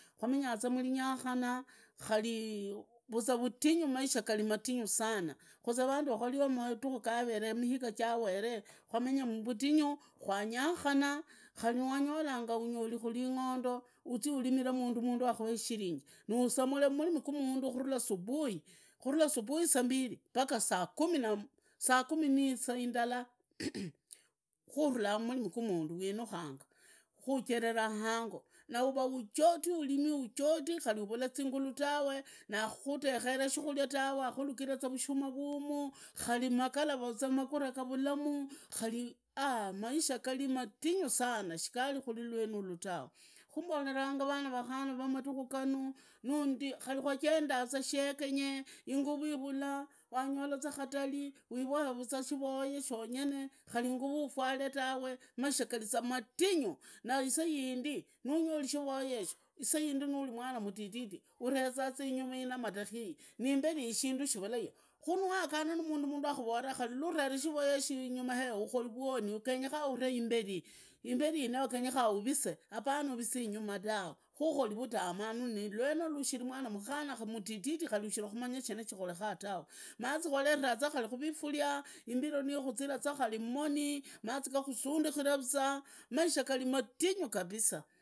Khwamenyaza murinyakhana khari vuzaa vatinyu maisha khali matinyu sana khuzee maisha kwario madhikhu mihiga jawere kwamenya muvutingu kwanyakhana khari wanyolanga anyori ling'ondo uzii urimiremundu mundu akhare ishirinji nahusamule khumurimi gwamundu khanula subui khanila subui sambiri paku saamumi nisaa indala kharula khumurimi gwamundu kwawinukhanga khujerereera hango nuva ujodi ulimi ujodi khari uvulazingulu tawe na akhurekhere tawe akhulujile vushuma vuumu khari magalava vuzwa magura gavulamu khari aah maisha matinyu sana shigari khuri lwenulu tawe shimboreranga vana vakhana vamatikhu gana nundi, kwajendaza shegenye inguzu ivulaa, wanyola za khatali wivoe vuzwa shivoyo shenyene khuri inguvu ufwale tawe, maisha gariza mutinya na isayidi nanyoli shivoye yesho isaidi ulimwana mutititi arezaa inyumaiyo mamadhadho uyi niimberi uyi shindu shivulayo khunuwagana namundu akhurora khari lurere shiivoyesho shiriinyuma hee uhoni genyekhana uree imburi iyi imbuni iyi wegenyekhanaa urise apana urise inyuma tawe khuukhori katamanu lwenolo ushili mwana mutilili khari ushirikhumanya shina shikhorekha tawe mazi kwareraza khari khurifulia imbiro nikhuziraza khari mumoni mazi gakhusundukhiraza maisha gari matinyu kabisa.